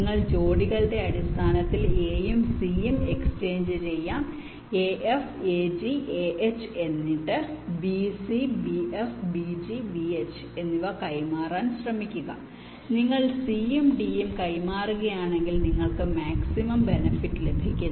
നിങ്ങൾ ജോഡികളുടെ അടിസ്ഥാനത്തിൽ a യും c യും എക്സ്ചേഞ്ച് ചെയ്യാം a f a g a h എന്നിട്ട് b c b f b g b h എന്നിവ കൈമാറാൻ ശ്രമിക്കുക നിങ്ങൾ c യും d യും കൈമാറുകയാണെങ്കിൽ നിങ്ങൾക്ക് മാക്സിമം ബെനെഫിറ് ലഭിക്കുന്നു